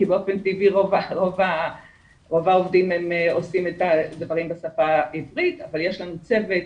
כי באופן טבעי רוב העובדים עושים לפעמים בשפה העברית אבל יש לנו צוות